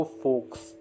folks